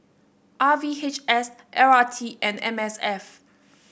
R V H S L R T and M S F